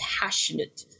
passionate